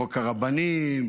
חוק הרבנים,